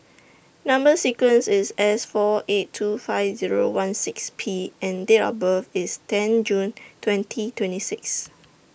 Number sequence IS S four eight two five Zero one six P and Date of birth IS ten June twenty twenty six